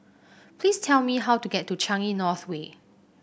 please tell me how to get to Changi North Way